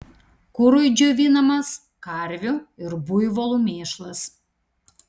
kurui džiovinamas karvių ir buivolų mėšlas